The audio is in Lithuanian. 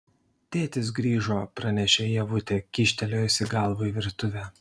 tėtis grįžo pranešė ievutė kyštelėjusi galvą į virtuvę